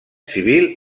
civil